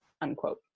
unquote